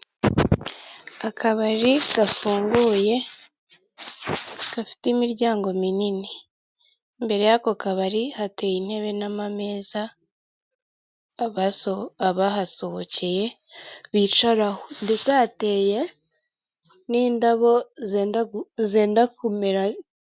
Ni mu isoko ry'ibiribwa harimo abantu bagaragara ko bari kugurisha, ndabona imboga zitandukanye, inyuma yaho ndahabona ibindi bintu biri gucuruzwa ,ndahabona